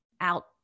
out